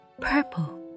purple